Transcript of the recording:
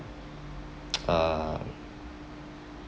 um